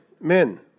men